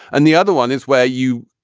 and the other one is where you.